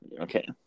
Okay